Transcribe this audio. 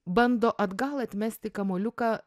bando atgal atmesti kamuoliuką